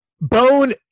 bone